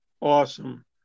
Awesome